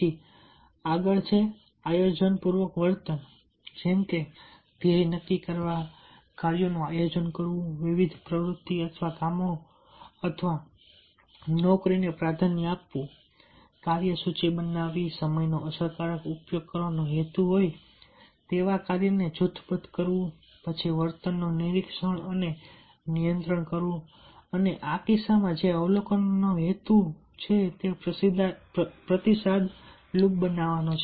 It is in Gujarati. પછી આગળ આયોજન વર્તન છે જેમ કે ધ્યેયો નક્કી કરવા કાર્યોનું આયોજન કરવું વિવિધ પ્રવૃત્તિઓ અથવા કામો અથવા નોકરીઓને પ્રાધાન્ય આપવું કાર્યની સૂચિ બનાવવી સમયનો અસરકારક ઉપયોગ કરવાનો હેતુ હોય તેવા કાર્યને જૂથબદ્ધ કરવું પછી વર્તનનું નિરીક્ષણ અને નિયંત્રણ કરવું અને આ કિસ્સામાં જે અવલોકન કરવાનો હેતુ છે તે પ્રતિસાદ લૂપ બનાવે છે